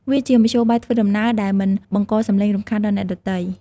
វាជាមធ្យោបាយធ្វើដំណើរដែលមិនបង្កសំឡេងរំខានដល់អ្នកដទៃ។